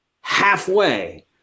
halfway